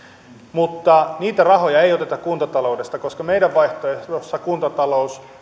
mutta niitä rahoja ei oteta kuntataloudesta koska meidän vaihtoehdossamme kuntatalous